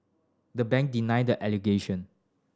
the bank denied the allegation